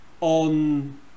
on